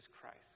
Christ